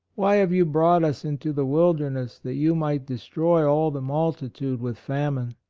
why have you brought us into the wilderness that you might destroy all the multi tude with famine.